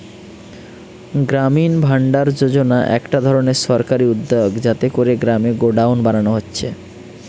গ্রামীণ ভাণ্ডার যোজনা একটা ধরণের সরকারি উদ্যগ যাতে কোরে গ্রামে গোডাউন বানানা হচ্ছে